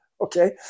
okay